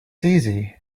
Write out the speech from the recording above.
easy